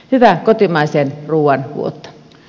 hyvää kotimaisen ruuan vuotta